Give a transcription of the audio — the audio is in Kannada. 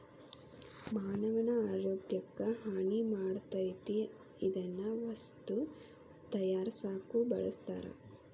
ಮಾನವನ ಆರೋಗ್ಯಕ್ಕ ಹಾನಿ ಮಾಡತತಿ ಇದನ್ನ ವಸ್ತು ತಯಾರಸಾಕು ಬಳಸ್ತಾರ